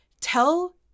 tell